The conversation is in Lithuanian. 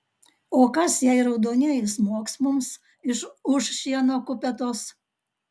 o kas jei raudonieji smogs mums iš už šieno kupetos